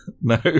No